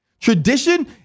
Tradition